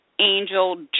angel